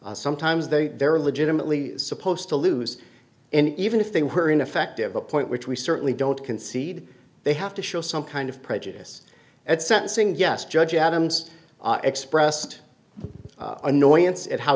sometimes they very legitimately supposed to lose and even if they were ineffective a point which we certainly don't concede they have to show some kind of prejudice at sentencing yes judge adams expressed annoyance at how